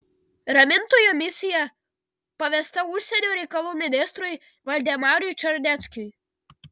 ramintojo misija pavesta užsienio reikalų ministrui valdemarui čarneckiui